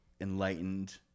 enlightened